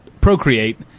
procreate